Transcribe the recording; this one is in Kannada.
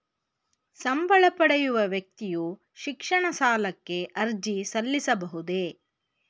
ಸಂಬಳ ಪಡೆಯುವ ವ್ಯಕ್ತಿಯು ಶಿಕ್ಷಣ ಸಾಲಕ್ಕೆ ಅರ್ಜಿ ಸಲ್ಲಿಸಬಹುದೇ?